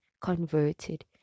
converted